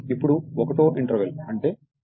ఇప్పుడు ఒకటో ఇంటర్వెల్ అంటే 10 గంటలు లోడ్ 3 0